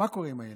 מה קורה עם הילד?